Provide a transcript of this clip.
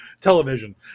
television